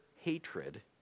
hatred